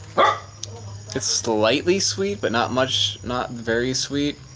ah it's slightly sweet, but not much, not very sweet